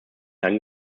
dann